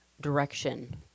direction